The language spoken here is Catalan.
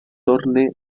torne